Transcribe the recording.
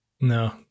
no